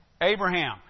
Abraham